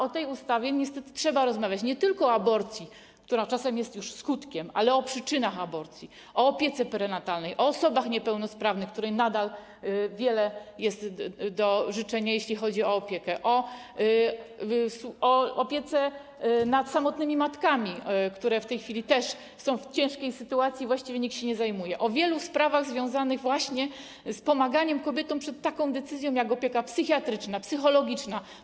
O tej ustawie niestety trzeba rozmawiać, nie tylko o aborcji, która czasem jest już skutkiem, ale o przyczynach aborcji, o opiece prenatalnej, o osobach niepełnosprawnych, w przypadku których nadal jest wiele do życzenia, jeśli chodzi o opiekę, o opiece nad samotnymi matkami, które w tej chwili też są w ciężkiej sytuacji, właściwie nikt się nimi nie zajmuje, o wielu sprawach związanych z pomaganiem kobietom w przypadku takich decyzji, o opiece psychiatrycznej, psychologicznej.